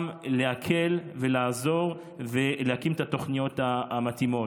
להקל ולעזור ולהקים את התוכניות המתאימות.